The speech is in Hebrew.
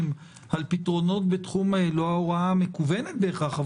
על פתרונות בתחום לא ההוראה המקוונת בהכרח,